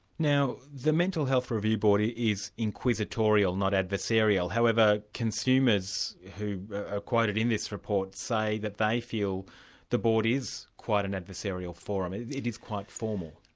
now the mental health review board is inquisitorial, not adversarial however consumers who are quoted in this report say that they feel the board is quite an adversarial forum, it it is quite formal.